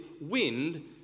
wind